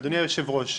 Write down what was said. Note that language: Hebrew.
אדוני היושב-ראש,